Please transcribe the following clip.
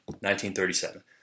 1937